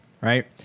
right